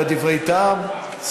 אומרת דברי טעם,